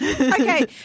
Okay